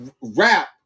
Rap